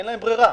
אין להם ברירה,